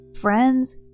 friends